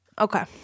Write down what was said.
Okay